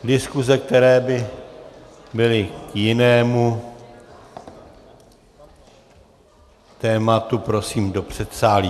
Diskuse, které by byly k jinému tématu, prosím do předsálí.